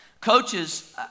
Coaches